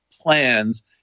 plans